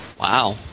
Wow